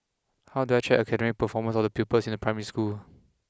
how do I check the academic performance of the pupils in a primary school